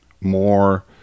more